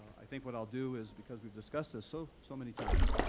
i think what i'll do is, because we've discussed this so so many times,